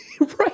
Right